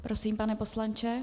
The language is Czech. Prosím, pane poslanče.